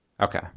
Okay